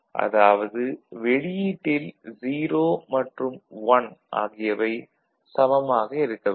அதாவது வெளியீட்டில் 0 மற்றும் 1 ஆகியவை சமமாக இருக்க வேண்டும்